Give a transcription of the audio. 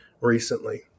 recently